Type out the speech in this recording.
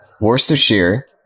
Worcestershire